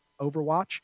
overwatch